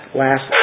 last